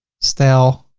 style.